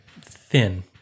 thin